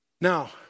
now